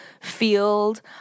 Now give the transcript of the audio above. field